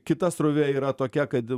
kita srovė yra tokia kad